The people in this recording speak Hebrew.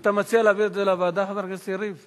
אתה מציע להעביר את זה לוועדה, חבר הכנסת יריב?